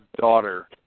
daughter